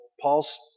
Paul's